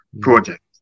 project